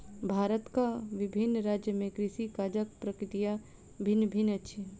भारतक विभिन्न राज्य में कृषि काजक प्रक्रिया भिन्न भिन्न अछि